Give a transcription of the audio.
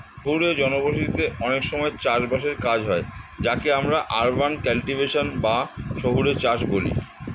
শহুরে জনবসতিতে অনেক সময় চাষ বাসের কাজ হয় যাকে আমরা আরবান কাল্টিভেশন বা শহুরে চাষ বলি